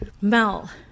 Mel